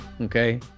okay